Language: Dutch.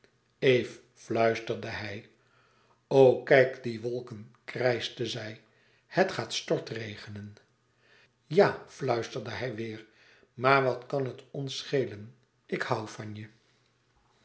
eve fluisterde hij o kijk die wolken krijschte zij het gaat stortregenen ja fluisterde hij weêr maar wat kan het ons schelen ik hoû van je